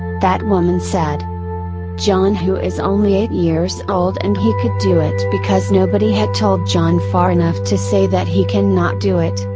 that woman said john who is only eight years old and he could do it because nobody had told john far enough to say that he can not do it,